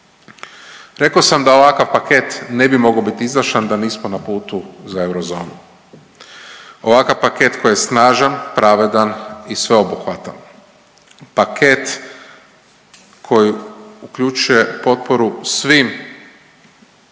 Rekao sam da ovakav paket ne bi mogao biti izdašan da nismo na putu za eurozonu, ovakav paket koji je snažan, pravedan i sveobuhvatan, paket koji uključuje potporu svim